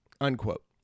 Unquote